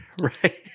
Right